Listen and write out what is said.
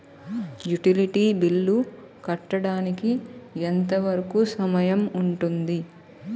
Utility bill కట్టడానికి ఎంత వరుకు సమయం ఉంటుంది?